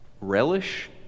relish